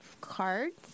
cards